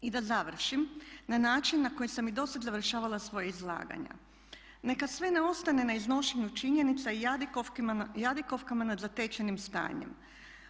I da završim, na način na koji sam i do sad završavala svoja izlaganja neka sve ne ostane na iznošenju činjenica i jadikovkama nad zatečenim stanjem.